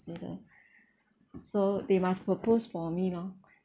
so they must propose for me lor